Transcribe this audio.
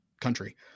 country